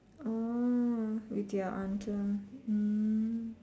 oh with your aunt hmm